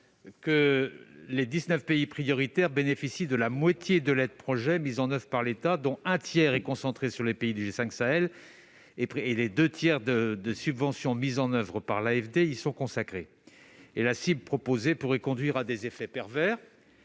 que les 19 pays prioritaires bénéficient de la moitié de l'aide-projet mise en oeuvre par l'État, dont un tiers est concentré sur les pays du G5 Sahel. Par ailleurs, les deux tiers des subventions mises en oeuvre par l'AFD y sont consacrés. La cible proposée pourrait conduire à des effets pervers,